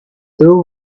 there